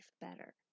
better